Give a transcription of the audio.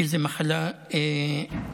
כי זאת מחלה מידבקת.